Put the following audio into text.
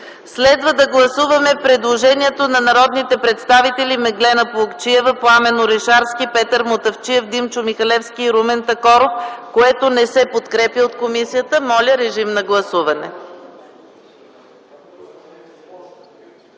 Следва да гласуваме предложението на народните представители Меглена Плугчиева, Пламен Орешарски, Петър Мутафчиев, Димчо Михалевски и Румен Такоров, което не се подкрепя от комисията. Гласували